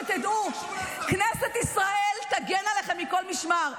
שתדעו כנסת ישראל תגן עליכם מכל משמר.